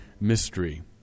mystery